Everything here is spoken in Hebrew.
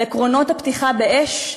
על עקרונות הפתיחה באש,